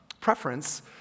preference